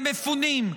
למפונים,